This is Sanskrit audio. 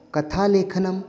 कथालेखनम्